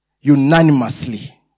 unanimously